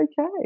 okay